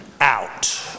out